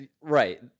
right